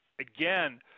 again